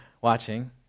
watching